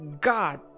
God